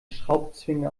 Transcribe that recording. schraubzwinge